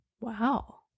Wow